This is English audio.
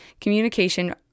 Communication